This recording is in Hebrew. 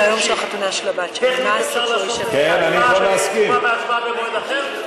טכנית אפשר תשובה והצבעה במועד אחר?